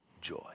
joy